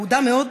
אהודה מאוד,